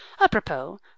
Apropos